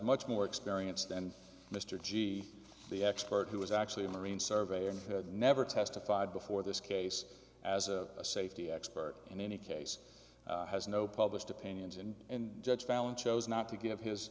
much more experience than mr gee the expert who was actually a marine surveyor had never testified before this case as a safety expert in any case has no published opinions and in judge fallon chose not to give his